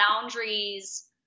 Boundaries